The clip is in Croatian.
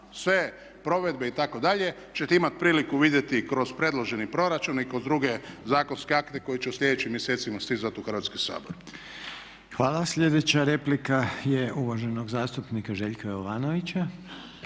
sve provedbe itd. ćete imati priliku vidjeti kroz predloženi proračun i kroz druge zakonske akte koji će u sljedećim mjesecima stizati u Hrvatski sabor. **Reiner, Željko (HDZ)** Hvala. Sljedeća replika je uvaženog zastupnika Željka Jovanovića.